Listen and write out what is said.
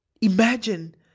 Imagine